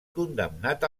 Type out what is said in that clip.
condemnat